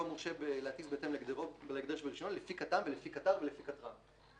הוא מורשה להטיס בהתאם להגדר שברישיון לפי כט"מ ולפי כט"ר ולפי כטר"מ".